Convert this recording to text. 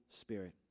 Spirit